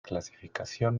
clasificación